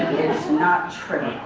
it's not trivia!